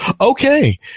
Okay